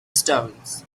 stones